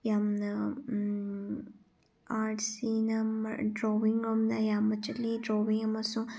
ꯌꯥꯝꯅ ꯑꯥꯔꯠꯁꯤꯅ ꯗ꯭ꯔꯣꯋꯤꯡꯂꯣꯝꯗ ꯑꯌꯥꯝꯕ ꯆꯠꯂꯤ ꯗ꯭ꯔꯣꯋꯤꯡ ꯑꯃꯁꯨꯡ